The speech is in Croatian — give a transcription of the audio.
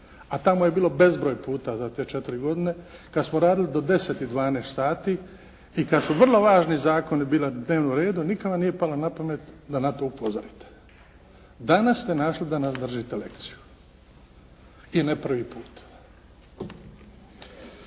a tamo je bilo bezbroj puta za te 4 godine kad smo radili do 10 i 12 sati i kad su vrlo važni zakoni bili na dnevnom redu nikad vam nije palo na pamet da na to upozorite. Danas ste našli da nam držite lekciju. I ne prvi put.